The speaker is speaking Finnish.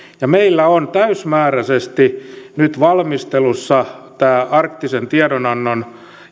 ja meillä on täysimääräisesti nyt valmistelussa arktisen tiedonannon